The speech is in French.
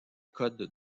codes